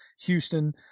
Houston